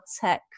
tech